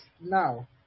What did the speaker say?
now